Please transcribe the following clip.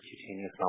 cutaneous